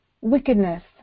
wickedness